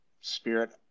spirit